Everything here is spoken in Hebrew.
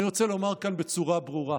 אני רוצה לומר כאן בצורה ברורה: